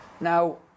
Now